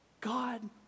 God